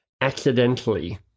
accidentally